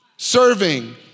Serving